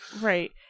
Right